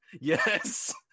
Yes